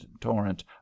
torrent